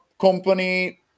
company